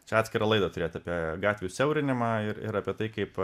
čia atskirą laidą turėti apie gatvių siaurinimą ir ir apie tai kaip